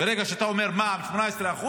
ברגע שאתה אומר מע"מ 18%,